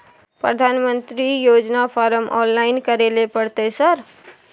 प्रधानमंत्री योजना form online करैले परतै सर?